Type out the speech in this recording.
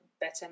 better